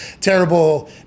terrible